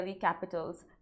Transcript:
Capitals